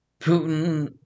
Putin